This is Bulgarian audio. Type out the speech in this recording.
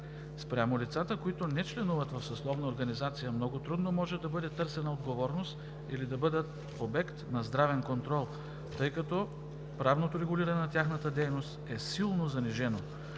Спрямо лицата, които не членуват в съсловна организация, много трудно може да бъде търсена отговорност или да бъдат обект на здравен контрол, тъй като правното регулиране на тяхната дейност е силно занижено.